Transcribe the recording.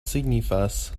signifas